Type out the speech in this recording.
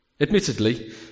Admittedly